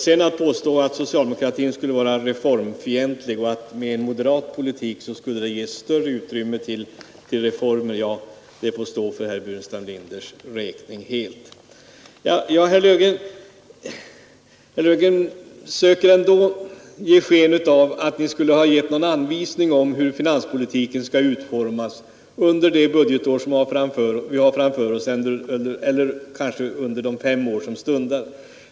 Påståendet att socialdemokratin skulle vara reformfientlig och att en moderat politik skulle ge större utrymme för reformer får helt stå för herr Burenstam Linders räkning. Tror någon på det? Herr Löfgren söker fortfarande ge sken av att ni skulle ha gett någon anvisning om hur finanspolitiken skall utformas under det budgetår vi har framför oss eller kanske under de fem år som stundar.